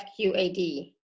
FQAD